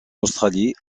australie